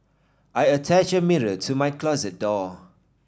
I attached a mirror to my closet door